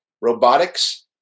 robotics